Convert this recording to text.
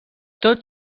tot